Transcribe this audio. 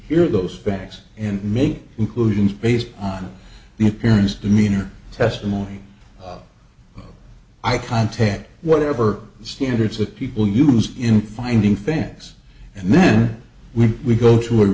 hear those facts and make conclusions based on the appearance demeanor testimony i contact whatever standards that people use in finding fans and then when we go to a